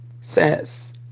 says